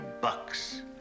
bucks